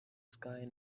sky